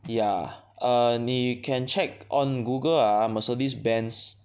ya err you can check on Google ah Mercedes Benz